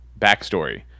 backstory